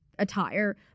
attire